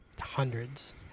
Hundreds